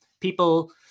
people